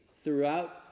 throughout